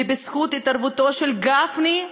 ובזכות התערבותו של גפני,